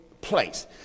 place